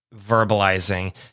verbalizing